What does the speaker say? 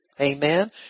Amen